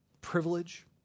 privilege